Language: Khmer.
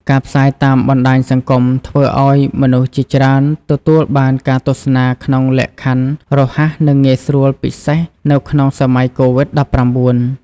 ការផ្សាយតាមបណ្តាញសង្គមធ្វើឲ្យមនុស្សជាច្រើនទទួលបានការទស្សនាក្នុងលក្ខខណ្ឌរហ័សនិងងាយស្រួលពិសេសនៅក្នុងសម័យកូវីដ១៩។